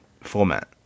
format